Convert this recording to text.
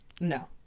No